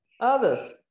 others